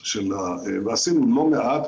עשינו לא מעט,